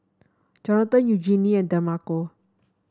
Jonathan Eugenie and Demarco